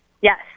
yes